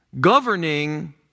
governing